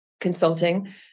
Consulting